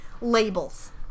labels